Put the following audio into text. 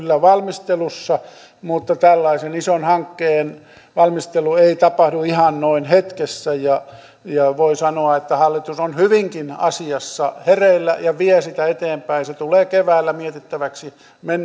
valmistelussa mutta tällaisen ison hankkeen valmistelu ei tapahdu ihan noin hetkessä ja ja voi sanoa että hallitus on hyvinkin asiassa hereillä ja vie sitä eteenpäin se tulee keväällä mietittäväksi